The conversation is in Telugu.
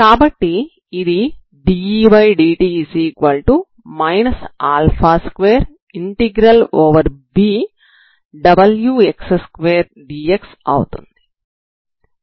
కాబట్టి ఇది dEdt 2wx2dx⏟B అవుతుంది